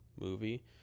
movie